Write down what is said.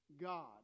God